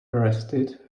arrested